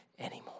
anymore